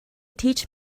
teach